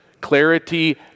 Clarity